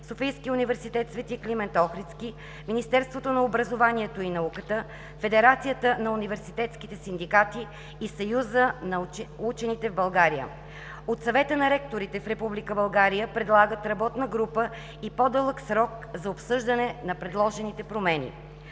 академия на науките, СУ „Св. Климент Охридски“, Министерството на образованието и науката, Федерацията на университетските синдикати и Съюза на учените в България. От Съвета на ректорите в Република България предлагат работна група и по-дълъг срок за обсъждане на предложените промени.